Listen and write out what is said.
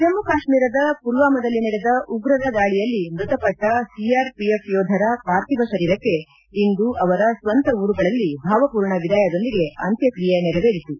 ಜಮ್ಗು ಕಾಶ್ಮೀರದ ಪುಲ್ವಾಮಾದಲ್ಲಿ ನಡೆದ ಉಗ್ರರ ದಾಳಿಯಲ್ಲಿ ಮೃತಪಟ್ಟ ಸಿಆರ್ಪಿಎಫ್ ಯೋಧರ ಪಾರ್ಥಿವ ಶರೀರಕ್ಕೆ ಇಂದು ಅವರ ಸ್ವಂತ ಊರುಗಳಲ್ಲಿ ಭಾವಪೂರ್ಣ ವಿದಾಯದೊಂದಿಗೆ ಅಂತ್ಯಕ್ರಿಯೆ ನೇರವೇರಿತು